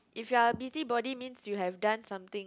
if you are busybody means you have done something